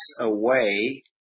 away